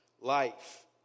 life